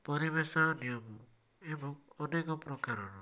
ପରିବେଶ ନିୟମ ଏବଂ ଅନେକ ପ୍ରକାରର